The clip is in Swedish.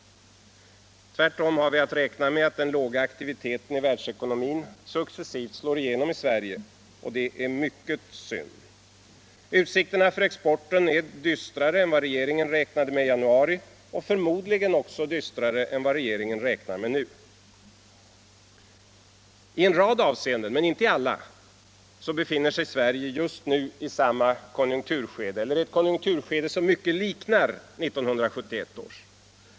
Tvärtom har vi att räkna med att den låga aktiviteten i världsekonomin nu successivt slår igenom i Sverige, och det är mycket synd. Utsikterna för exporten är dystrare än vad regeringen räknade med i januari, förmodligen också dystrare än vad regeringen räknar med nu. I en rad avseenden — men inte i alla — befinner sig Sverige just nu i samma konjunkturskede som 1971 eller i ett konjunkturskede som mycket liknar 1971 års.